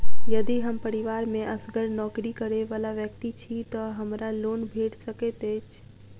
यदि हम परिवार मे असगर नौकरी करै वला व्यक्ति छी तऽ हमरा लोन भेट सकैत अछि?